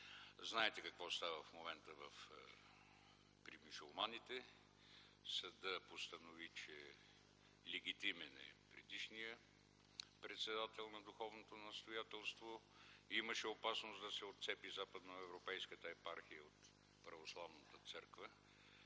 Знаете какво става в момента при мюсюлманите. Съдът постанови, че е легитимен предишният председател на духовното настоятелство. Имаше опасност да се отцепи Западноевропейската епархия от православната църква.